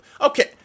Okay